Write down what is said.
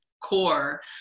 core